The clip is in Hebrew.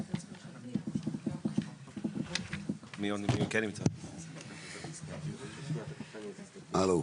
בנושאים המהותיים אני חושב שקיבלתי החלטות.